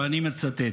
ואני מצטט: